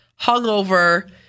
hungover